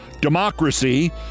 democracy